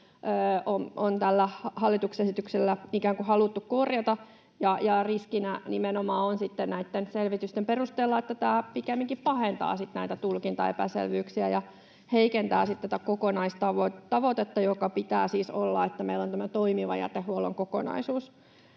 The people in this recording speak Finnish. on tällä hallituksen esityksellä ikään kuin haluttu korjata. Riskinä nimenomaan on sitten näitten selvitysten perusteella, että tämä pikemminkin pahentaa sitten näitä tulkintaepäselvyyksiä ja heikentää tätä kokonaistavoitetta, jonka pitää siis olla, että meillä on toimiva jätehuollon kokonaisuus.